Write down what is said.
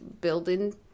building